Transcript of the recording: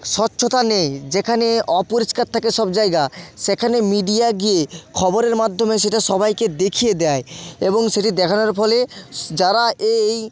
স্বচ্ছতা নেই যেখানে অপরিষ্কার থাকে সব জায়গা সেখানে মিডিয়া গিয়ে খবরের মাধ্যমে সেটা সবাইকে দেখিয়ে দেয় এবং সেটি দেখানোর ফলে যারা এই